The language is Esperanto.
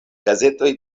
gazetoj